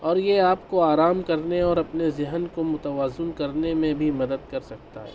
اور یہ آپ کو آرام کرنے اور اپنے ذہن کو متوازن کرنے میں بھی مدد کر سکتا ہے